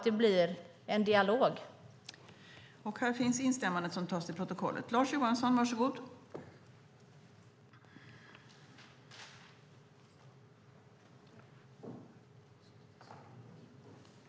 I detta anförande instämde Mattias Jonsson .